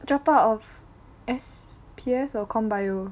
drop out of S_P_S or comp bio